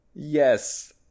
yes